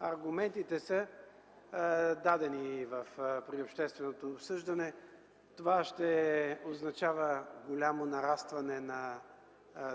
Аргументите са дадени при общественото обсъждане. Това ще означава голямо нарастване на